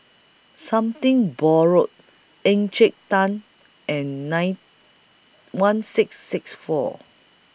Something Borrowed Encik Tan and nine one six six four